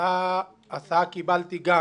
הסעה קיבלתי גם